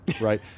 right